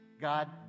God